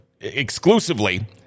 exclusively